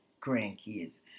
grandkids